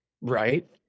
right